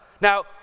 Now